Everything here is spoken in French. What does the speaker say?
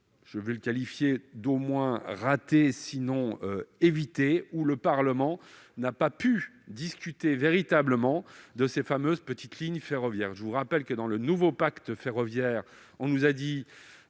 parlementaire, au moins raté, sinon évité, où le Parlement n'a pas pu discuter véritablement de ces fameuses petites lignes ferroviaires. Au moment du nouveau pacte ferroviaire, on nous a dit